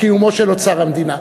לקיומו של אוצר המדינה.